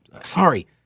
Sorry